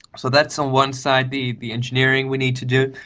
so that's on one side, the the engineering we need to do.